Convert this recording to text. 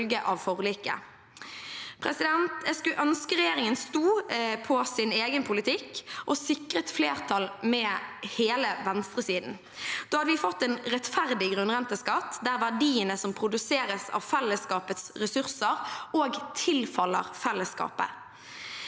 ønske regjeringen sto på sin egen politikk og sikret flertall med hele venstresiden. Da hadde vi fått en rettferdig grunnrenteskatt der verdiene som produseres av fellesskapets ressurser, òg tilfaller fellesskapet.